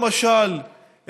למשל,